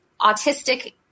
autistic